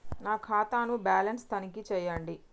నా ఖాతా ను బ్యాలన్స్ తనిఖీ చేయండి?